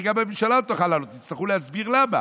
הרי גם הממשלה לא תוכל להעלות את החוק ותצטרכו להסביר למה,